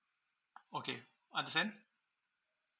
okay understand